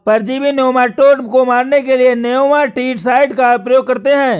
परजीवी नेमाटोड को मारने के लिए नेमाटीसाइड का प्रयोग करते हैं